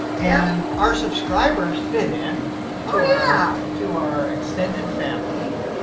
and, our subscribers fit in ah to our extended family.